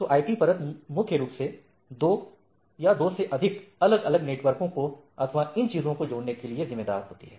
तो आईपी परत मुख्य रूप से दो दो या दो या अधिक अलग अलग नेटवर्कों को अथवा इन जैसी चीजों को जोड़ने के लिए जिम्मेदार होती है